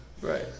Right